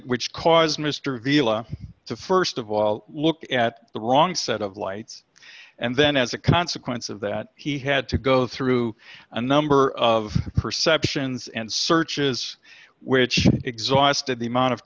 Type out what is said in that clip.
which caused mr vila to st of all look at the wrong set of lights and then as a consequence of that he had to go through a number of perceptions and searches which exhausted the amount of